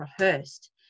rehearsed